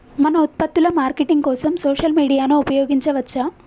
మన ఉత్పత్తుల మార్కెటింగ్ కోసం సోషల్ మీడియాను ఉపయోగించవచ్చా?